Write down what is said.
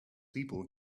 people